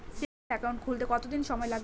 Savings account খুলতে কতদিন সময় লাগে?